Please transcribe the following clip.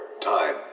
time